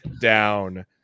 down